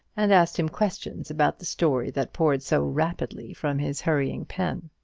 and asked him questions about the story that poured so rapidly from his hurrying pen.